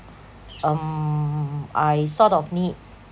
um I sort of need